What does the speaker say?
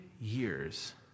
years